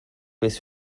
bis